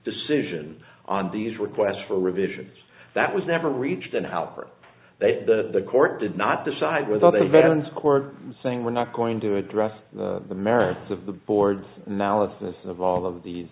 decision on these requests for revisions that was never reached an outcome that the court did not decide without the veterans court saying we're not going to address the merits of the board's analysis of all of the